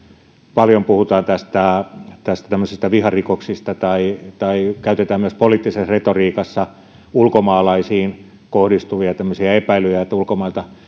paljon puhutaan tämmöisistä viharikoksista tai tai käytetään myös poliittisessa retoriikassa ulkomaalaisiin kohdistuvia epäilyjä että ulkomailta